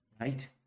right